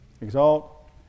Exalt